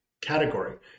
category